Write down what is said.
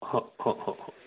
हाँ हाँ हाँ हाँ